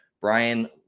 Brian